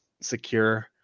secure